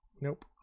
Nope